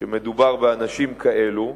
שמדובר באנשים כאלה.